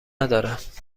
ندارم